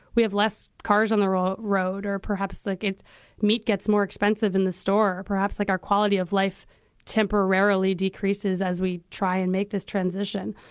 we have less cars on the road road or perhaps like its meat gets more expensive in the store, perhaps like our quality of life temporarily decreases as we try and make this transition.